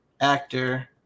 Actor